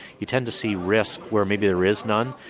you tend to see risk where maybe there is none,